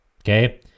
okay